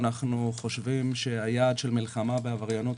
אנחנו חושבים שהיעד של מלחמה בעבריינות